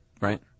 Right